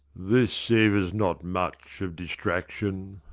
this savours not much of distraction.